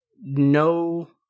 No